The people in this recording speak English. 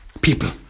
people